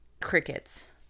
Crickets